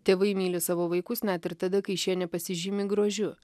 tėvai myli savo vaikus net ir tada kai šie nepasižymi grožiu